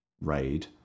raid